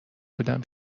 بودم